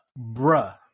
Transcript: Bruh